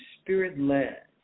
Spirit-led